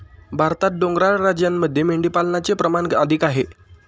भारतात डोंगराळ राज्यांमध्ये मेंढीपालनाचे प्रमाण अधिक आहे